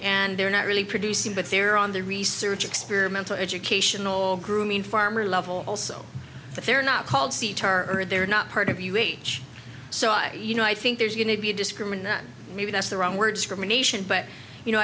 and they're not really producing but they're on the research experimental educational grooming farmer level also but they're not called c tar they're not part of you age so i you know i think there's going to be a discriminant maybe that's the wrong words from a nation but you know